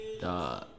Duh